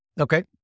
okay